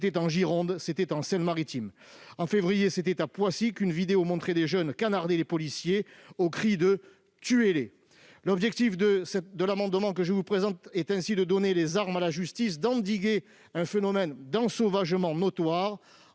c'était en Gironde, c'était en Seine-Maritime. Au mois de février, c'est à Poissy qu'une vidéo montrait des jeunes canarder les policiers aux cris de « Tuez-les !» L'objet de cet amendement est de donner des armes à la justice, d'endiguer un phénomène d'ensauvagement notable,